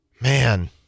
Man